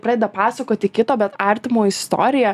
pradeda pasakoti kito bet artimo istoriją